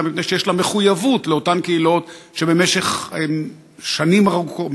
אלא מפני שיש לה מחויבות לאותן קהילות שבמשך שנים ארוכות,